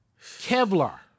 Kevlar